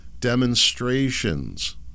demonstrations